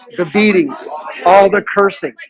the beatings all the cursing